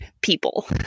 people